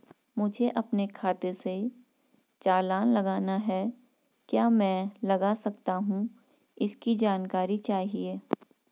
मुझे अपने खाते से चालान लगाना है क्या मैं लगा सकता हूँ इसकी जानकारी चाहिए?